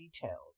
detailed